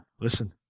listen